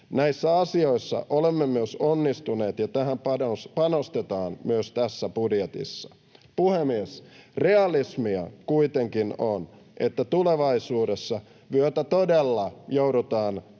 Näissä asioissa olemme myös onnistuneet, ja tähän panostetaan myös tässä budjetissa. Puhemies! Realismia kuitenkin on, että tulevaisuudessa vyötä todella joudutaan